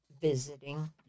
visiting